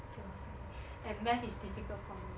philosophy and math is difficult for me